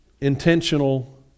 intentional